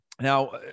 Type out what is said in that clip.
now